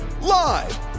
Live